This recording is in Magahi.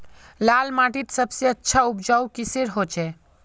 लाल माटित सबसे अच्छा उपजाऊ किसेर होचए?